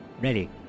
ready